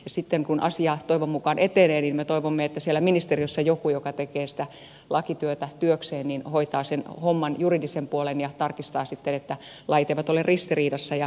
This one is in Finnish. sitten kun asia toivon mukaan etenee niin me toivomme että siellä ministeriössä joku joka tekee sitä lakityötä työkseen hoitaa sen homman juridisen puolen ja tarkistaa sitten että lait eivät ole ristiriidassa jnp